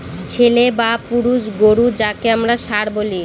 ছেলে বা পুরুষ গোরু যাকে আমরা ষাঁড় বলি